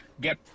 get